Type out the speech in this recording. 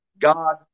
God